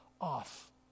off